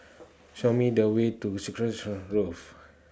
Show Me The Way to Grove